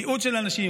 מיעוט של אנשים,